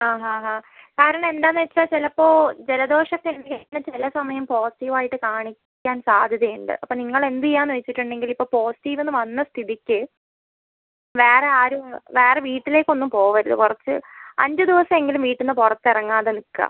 അ അ അ കാരണം എന്താണെന്ന് വെച്ചാൽ ചിലപ്പോൾ ജലദോഷത്തിൻ്റെ ചില സമയം പോസിറ്റീവായിട്ട് കാണിക്കാൻ സാധ്യതയുണ്ട് അപ്പോ നിങ്ങള് എന്തുചെയ്യാന്ന് വച്ചിട്ടുണ്ടെങ്കിൽ ഇപ്പോൾ പോസിറ്റീവ് എന്ന് വന്ന സ്ഥിതിക്ക് വേറെ ആരും വേറെ വീട്ടിലേക്കൊന്നും പോകരുത് കുറച്ച് അഞ്ച് ദിവസമെങ്കിലും വീട്ടിൽ നിന്ന് പുറത്തിറങ്ങാതെ നിൽക്കാം